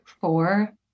Four